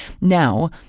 Now